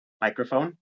microphone